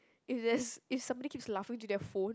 if there's if somebody keeps laughing to their phone